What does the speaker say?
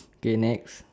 okay next